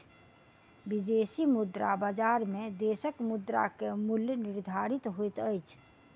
विदेशी मुद्रा बजार में देशक मुद्रा के मूल्य निर्धारित होइत अछि